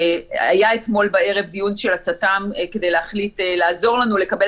היה אתמול בערב דיון של הצט"מ כדי לעזור לנו לקבל